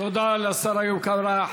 תודה לשר איוב קרא.